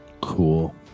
Cool